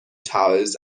towers